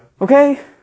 Okay